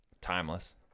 timeless